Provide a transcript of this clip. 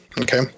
Okay